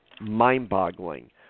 mind-boggling